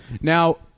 Now